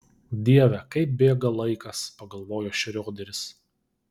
dieve kaip bėga laikas pagalvojo šrioderis